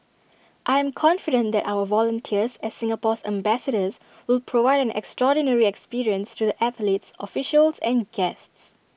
I am confident that our volunteers as Singapore's ambassadors will provide an extraordinary experience to the athletes officials and guests